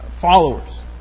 followers